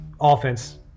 offense